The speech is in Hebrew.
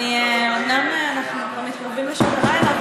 אומנם אנחנו כבר מתקרבים לשעות הלילה,